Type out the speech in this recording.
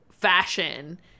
fashion